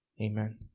Amen